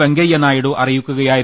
വെങ്കയ്യനായിഡു അറിയിക്കുകയായിരുന്നു